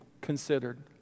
considered